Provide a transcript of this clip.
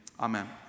Amen